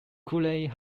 cooley